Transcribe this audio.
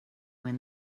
when